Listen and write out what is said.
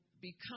become